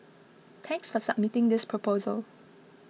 thanks for submitting this proposal